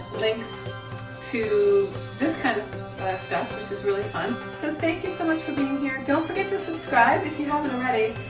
links to this kind of stuff. really fun. so thank you so much for being here. don't forget to subscribe if you haven't already.